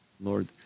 Lord